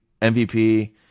MVP